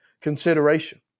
consideration